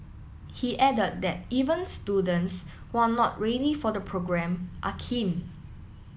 he added that even students who are not really for the programme are keen